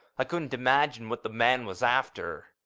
i couldn't imagine what the man was after